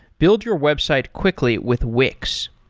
build your website quickly with wix.